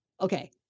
Okay